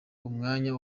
umwanya